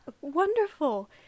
wonderful